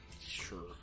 Sure